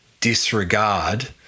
disregard